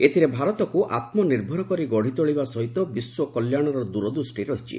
ଏଥିରେ ଭାରତକୁ ଆତୁ ନିର୍ଭର କରି ଗତିତୋଳିବା ସହିତ ବିଶ୍ୱ କଲ୍ୟାଣର ଦିରଦୃଷ୍କ ରହିଛି